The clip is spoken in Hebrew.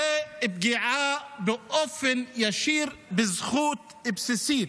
זו פגיעה ישירה בזכות הבסיסית.